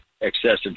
excessive